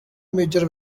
major